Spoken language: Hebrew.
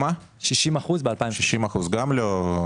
גם לא.